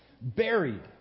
buried